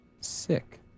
Sick